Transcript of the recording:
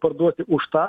parduoti už tą